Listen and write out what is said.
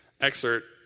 excerpt